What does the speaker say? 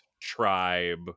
tribe